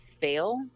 fail